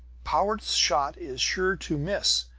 powart's shot is sure to miss!